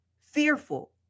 fearful